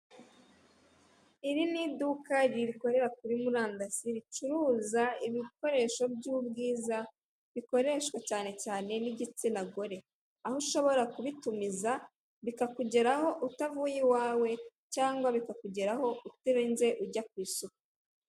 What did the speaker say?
Iri ni iduka rikorera kuri murandasi ricuruza ibikoresho by'ubwiza bikoreshwa cyane cyane n'igitsina gore aho ushobora kubitumiza bikakugeraho utavuye iwawe cyangwa bikakugeraho utarinze ujya ku isoko.